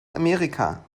amerika